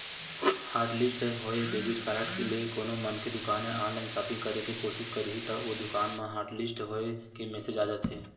hotlist होए debit card ले कोनो मनखे दुकान या ऑनलाईन सॉपिंग करे के कोसिस करही त ओ दुकान म हॉटलिस्ट होए के मेसेज आ जाथे